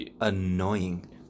annoying